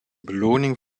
beloning